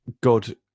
God